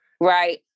right